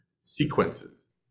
sequences